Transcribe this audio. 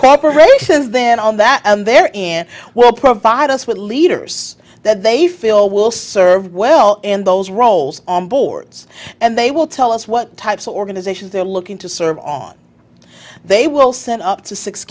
corporations then on that they're in well provide us with leaders that they feel will serve well in those roles on boards and they will tell us what types of organizations they're looking to serve on they will send up to six